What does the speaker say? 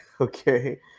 okay